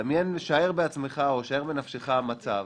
שער בנפשך מצב